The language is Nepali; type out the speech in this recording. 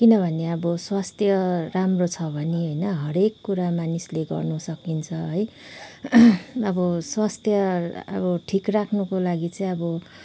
किनभने अब स्वास्थ्य राम्रो छ भने हरेक कुरा मानिसले गर्न सकिन्छ है अब स्वास्थ्य अब ठिक राख्नुको लागि चाहिँ अब